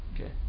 Okay